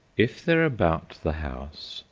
if they're about the house,